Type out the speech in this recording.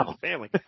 family